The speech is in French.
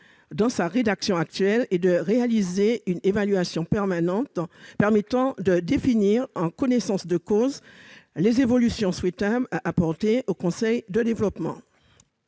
dans sa rédaction actuelle et de réaliser une évaluation permettant de définir, en connaissance de cause, les évolutions à apporter aux conseils de développement.